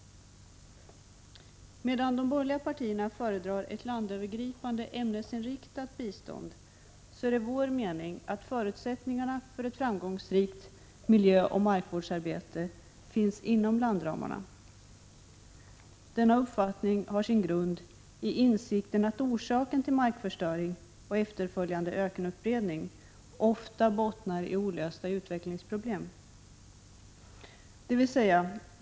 Medan de borgerliga partierna föredrar ett landövergripande ämnesinriktat bistånd, är det vår mening att förutsättningarna för ett framgångsrikt miljöoch markvårdsarbete finns inom landramarna. Denna uppfattning har sin grund i insikten att markförstöring och efterföljande ökenutbredning ofta bottnar i olösta utvecklingsproblem.